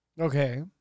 Okay